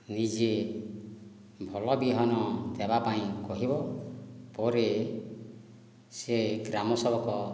ନିଜେ ଭଲ ବିହନ ଦେବା ପାଇଁ କହିବ ପରେ ସେ ଗ୍ରାମ ସେବକ